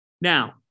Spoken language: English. Now